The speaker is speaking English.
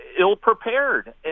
ill-prepared